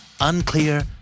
Unclear